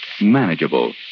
manageable